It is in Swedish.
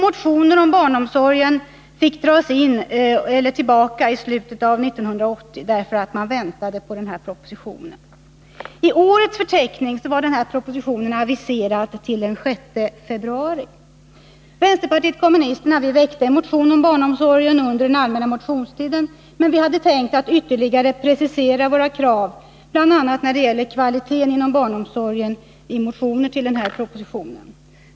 Motioner om barnomsorgen fick dras tillbaka i slutet av år 1980, därför att man väntade på den här propositionen. I årets förteckning var denna proposition aviserad till den 6 februari. Vi inom vpk väckte en motion om barnomsorgen under den allmänna motionstiden, men vi hade tänkt att ytterligare precisera våra krav bl.a. när det gäller kvaliteten inom barnomsorgen i motioner med anledning av denna proposition.